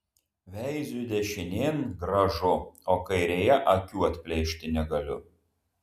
veiziu dešinėn gražu o kairėje akių atplėšti negaliu